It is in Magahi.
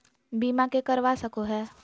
बीमा के करवा सको है?